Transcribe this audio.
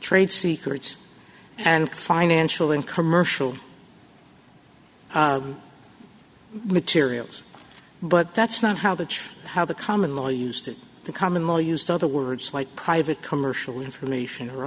trade secrets and financial and commercial materials but that's not how the how the common law used the common law used other words like private commercial information or